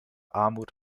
armut